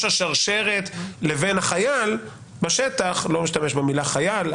השרשרת לבין חייל בשטח אני לא אשתמש במילה "חייל",